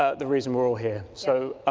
ah the reason we're all here. so